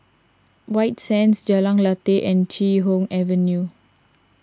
White Sands Jalan Lateh and Chee Hoon Avenue